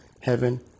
Heaven